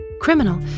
Criminal